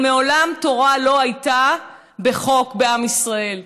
אבל התורה מעולם לא הייתה בחוק בעם ישראל.